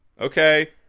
okay